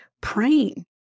praying